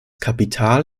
kapital